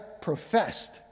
professed